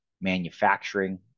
manufacturing